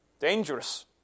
Dangerous